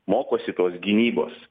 mokosi tos gynybos